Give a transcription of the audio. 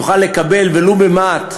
יוכל לקבל ולו מעט